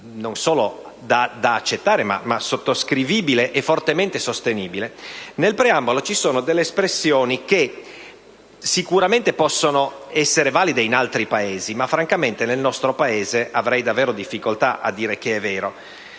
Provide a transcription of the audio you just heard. non solo da accettare, ma sottoscrivibile e fortemente sostenibile. Nel preambolo ci sono delle espressioni che sicuramente possono essere valide in altri Paesi, ma francamente avrei davvero difficoltà nel caso del